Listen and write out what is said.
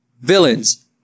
Villains